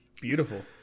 beautiful